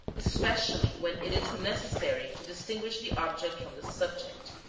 especially when it is necessary to distinguish the ob ject from the subject.